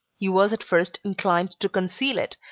he was at first inclined to conceal it,